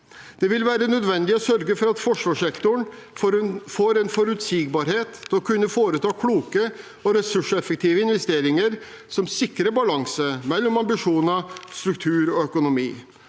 Det vil være nødvendig å sørge for at forsvarssektoren får en forutsigbarhet til å kunne foreta kloke og ressurseffektive investeringer som sikrer balanse mellom ambisjoner, struktur og økonomi.